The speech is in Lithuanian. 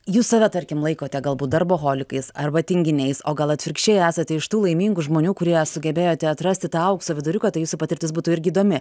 jūs save tarkim laikote galbūt darboholikais arba tinginiais o gal atvirkščiai esate iš tų laimingų žmonių kurie sugebėjote atrasti tą aukso viduriuką tai jūsų patirtis būtų irgi įdomi